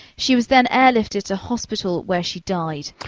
she was then airlifted to hospital where she died.